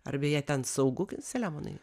ar beje ten saugu seliamonai